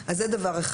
זה דבר אחד.